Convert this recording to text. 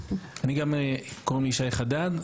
קוראים לי ישי חדד,